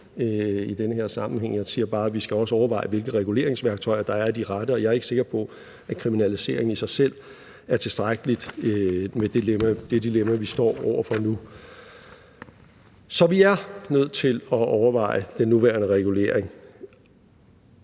Jeg siger bare, at vi også skal overveje, hvilke reguleringsværktøjer der er de rette, og jeg er ikke sikker på, at kriminalisering i sig selv er tilstrækkeligt med det dilemma, vi står over for nu. Så vi er nødt til at overveje den nuværende regulering,